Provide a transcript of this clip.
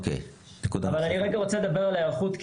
אבל אני רוצה לדבר על ההיערכות,